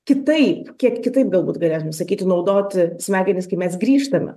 kitaip kiek kitaip galbūt galėtume sakyti naudoti smegenis kai mes grįžtame